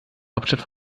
hauptstadt